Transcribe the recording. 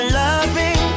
loving